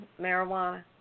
marijuana